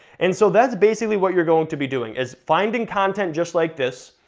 and so that's basically what you're going to be doing, is finding content just like this,